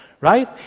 right